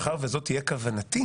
מאחר וזו תהיה כוונתי,